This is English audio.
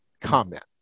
comment